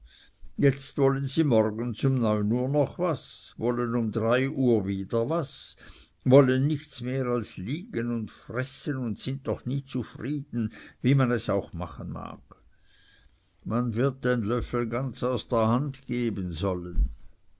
jetzt wollen sie morgens um neun uhr noch was wollen um drei uhr wieder was wollen nichts mehr als liegen und fressen und sind doch nie zufrieden wie man es auch machen mag man wird den löffel ganz aus der hand geben sollen